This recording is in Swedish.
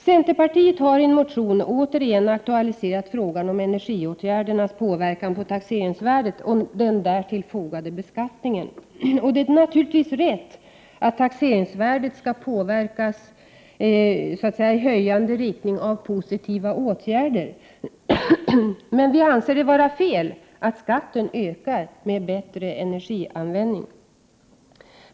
Centerpartiet har i en motion återigen aktualiserat frågan om energiåtgärdernas påverkan på taxeringsvärdet och den därtill fogade beskattningen. Det är naturligtvis riktigt att taxeringsvärdet skall påverkas i höjande riktning av positiva åtgärder. Men vi i centern anser att det är fel att skatten ökar vid bättre energianvändning.